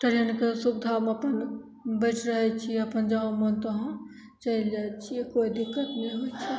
ट्रेनके सुविधामे अपन बैठि रहै छिए अपन जहाँ मोन तहाँ चलि जाइ छिए कोइ दिक्कत नहि होइ छै